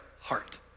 heart